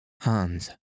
Hans